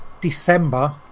December